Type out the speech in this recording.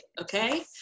okay